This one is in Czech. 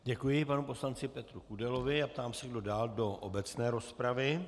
Děkuji panu poslanci Petru Kudelovi a ptám se, kdo dál do obecné rozpravy.